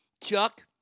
Chuck